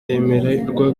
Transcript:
yemererwa